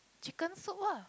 chicken soup ah